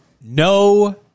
No